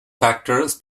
factors